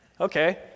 Okay